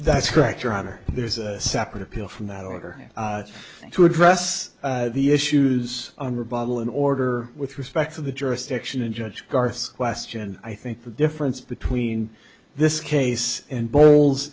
that's correct your honor there's a separate appeal from that order to address the issues on the bottle in order with respect to the jurisdiction in judge garth's question i think the difference between this case and bowl